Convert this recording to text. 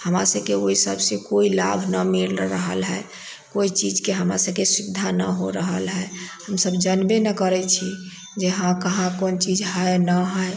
हमरा सबके ओहि सबसे कोइ लाभ न मिल रहल हय कोइ चीजके हमरा सबके सुविधा न हो रहल हय हमसब जनबे न करै छी जे हँ कहाँ कोन चीज हय न हय